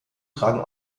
tragen